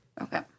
Okay